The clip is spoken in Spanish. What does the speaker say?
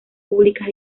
públicas